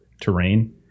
terrain